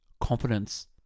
Confidence